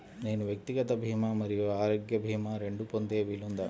నేను వ్యక్తిగత భీమా మరియు ఆరోగ్య భీమా రెండు పొందే వీలుందా?